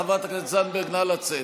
חברת הכנסת זנדברג, נא לצאת.